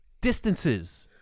distances